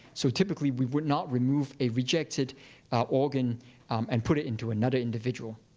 so typically we would not remove a rejected organ and put it into another individual.